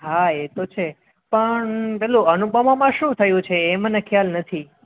હા એ તો છે પણ પેલું અનુપમામાં શું થયું છે એ મને ખ્યાલ નથી